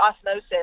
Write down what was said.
osmosis